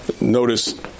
Notice